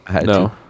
no